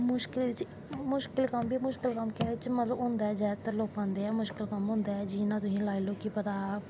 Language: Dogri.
मुस्कल कम्म केह्दै च होंदा ऐ मतलव जादातर होंदा ऐ मुश्कल कम्म जियां तुस लाई लो कि भला